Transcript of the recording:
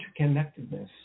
interconnectedness